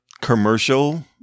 commercial